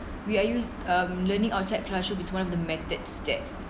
we are use um learning outside classroom is one of the methods that